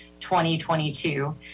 2022